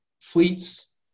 Fleets